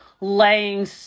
laying